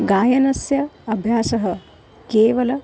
गायनस्य अभ्यासः केवलं